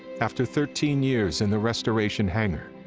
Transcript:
after thirteen years in the restoration hangar,